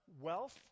wealth